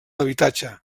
habitatge